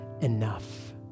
enough